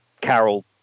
carol